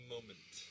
moment